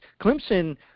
Clemson